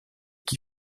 qui